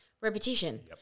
Repetition